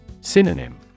Synonym